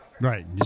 Right